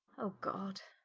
oh god!